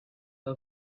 her